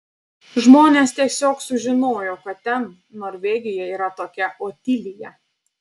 žmonės tiesiog sužinojo kad ten norvegijoje yra tokia otilija